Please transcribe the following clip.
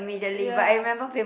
ya